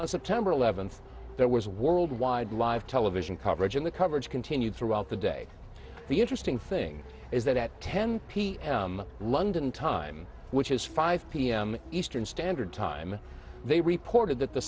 steve september eleventh there was worldwide live television coverage and the coverage continued throughout the day the interesting thing is that at ten p m london time which is five p m eastern standard time they reported that the